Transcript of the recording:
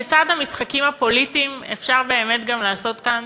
לצד המשחקים הפוליטיים אפשר באמת גם לעשות כאן